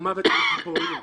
למוות לגיבורים.